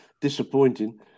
disappointing